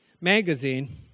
magazine